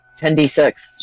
10d6